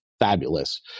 fabulous